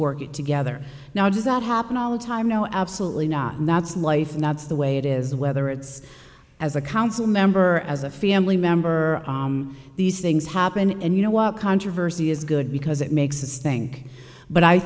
work it together now does that happen all the time no absolutely not and that's life and that's the way it is whether it's as a council member as a family member these things happen and you know what controversy is good because it makes this thing but i